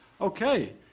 Okay